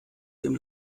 dem